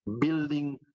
building